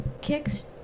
kicks